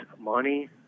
money